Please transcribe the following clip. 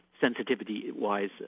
sensitivity-wise